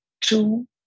two